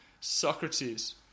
Socrates